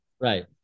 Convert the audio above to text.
right